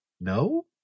No